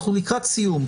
אנחנו לקראת סיום.